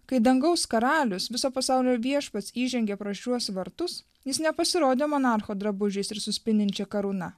kai dangaus karalius viso pasaulio viešpats įžengė pro šiuos vartus jis nepasirodė monarcho drabužiais ir su spindinčia karūna